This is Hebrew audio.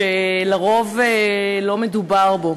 שלרוב לא מדובר בו,